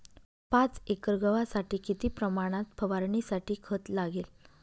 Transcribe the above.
पाच एकर गव्हासाठी किती प्रमाणात फवारणीसाठी खत लागेल?